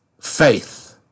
faith